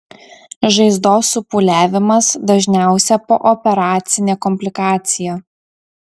žaizdos supūliavimas dažniausia pooperacinė komplikacija